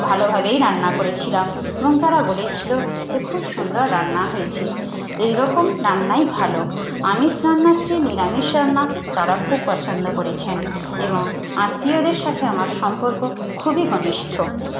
ভালোভাবেই রান্না করেছিলাম এবং তারা বলেছিলো যে খুব সুন্দর রান্না হয়েছে এইরকম রান্নাই ভালো আমিষ রান্নার চেয়ে নিরামিষ রান্না তারা খুব পছন্দ করেছেন এবং আত্মীয়দের সাথে আমার সম্পর্ক খুবই ঘনিষ্ঠ